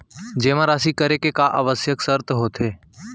जेमा राशि करे के का आवश्यक शर्त होथे?